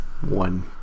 one